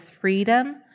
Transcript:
freedom